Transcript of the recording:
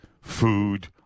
food